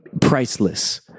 priceless